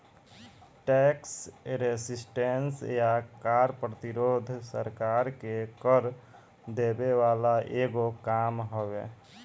tax resistance या कर प्रतिरोध सरकार के कर देवे वाला एगो काम हवे